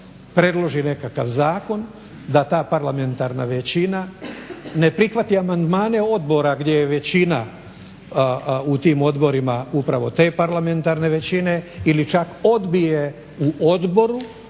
predloži nekakav zakon, da ta parlamentarna većina ne prihvati amandmane odbora gdje je većina u tim odborima upravo te parlamentarne većine ili čak odbije u odboru